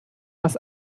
was